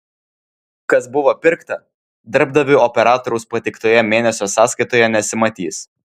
kas buvo pirkta darbdaviui operatoriaus pateiktoje mėnesio sąskaitoje nesimatys